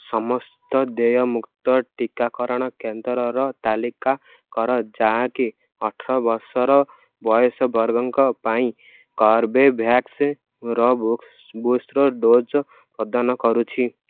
ସମସ୍ତ ଦେୟମୁକ୍ତ ଟିକାକରଣ କେନ୍ଦ୍ରର ତାଲିକା କର ଯାହାକି ଅଠର ବର୍ଷ ବୟସ ବର୍ଗଙ୍କ ପାଇଁ କର୍ବେଭ୍ୟାକ୍ସ୍ର ବସ ବୁଷ୍ଟର୍ ଡୋଜ୍ ପ୍ରଦାନ କରୁଛି